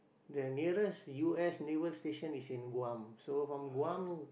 the nearest U_S naval station is in Guam so from Guam